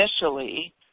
Initially